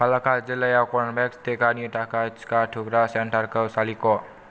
पालाकाड जिल्लायाव कर्वेभेक्स टिकानि थाखाय टिका थुग्रा सेन्टारखौ सालिख'